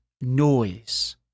noise